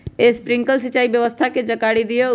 Sprinkler सिंचाई व्यवस्था के जाकारी दिऔ?